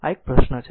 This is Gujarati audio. આ એક પ્રશ્ન છે